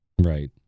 Right